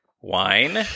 wine